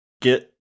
Get